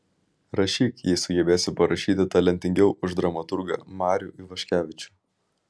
rašyk jei sugebėsi parašyti talentingiau už dramaturgą marių ivaškevičių